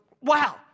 Wow